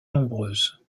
nombreuses